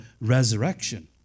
resurrection